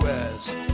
West